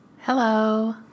Hello